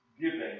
giving